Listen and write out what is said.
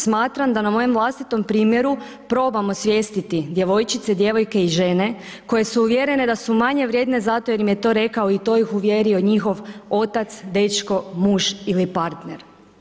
Smatram da na mojem vlastitom primjeru, probam osvijestiti djevojčice, djevojke i žene, koje su uvjerene da su manje vrijedne, zato jer im je to rekao i to ih uvjerio njihov otac, dečko, muž ili partner.